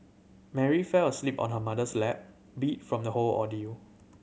Mary fell asleep on her mother's lap beat from the whole ordeal